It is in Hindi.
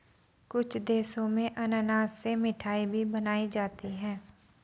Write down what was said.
कुछ देशों में अनानास से मिठाई भी बनाई जाती है